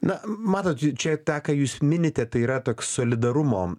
na matot čia tą ką jūs minite tai yra toks solidarumo